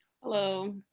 Hello